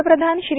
पंतप्रधान श्री